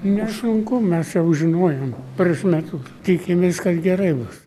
nesunku mes jau žinojome prieš metus tikimės kad gerai bus